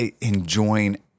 enjoying